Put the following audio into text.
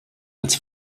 als